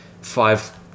five